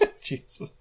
Jesus